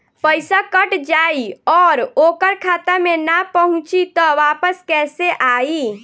पईसा कट जाई और ओकर खाता मे ना पहुंची त वापस कैसे आई?